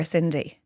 Cindy